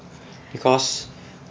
because